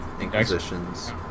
inquisitions